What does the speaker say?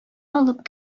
алып